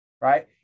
right